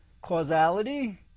Causality